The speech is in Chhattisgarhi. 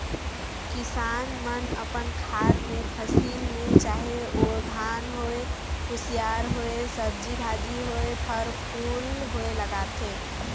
किसान मन अपन खार मे फसिल में चाहे ओ धान होए, कुसियार होए, सब्जी भाजी होए, फर फूल होए लगाथे